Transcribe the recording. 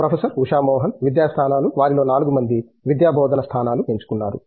professor Usha Mohan విద్యా స్థానాలు వారిలో 4 మంది విద్యా బోధనా స్థానాలు ఎంచుకున్నారు